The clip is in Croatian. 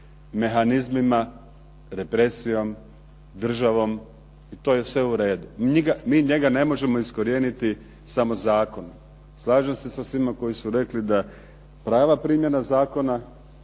mehanizmima, represijom, državom, i to je sve u redu. Mi njega ne možemo iskorijeniti samo zakonom. Slažem se sa svima koji su rekli da prava primjena zakona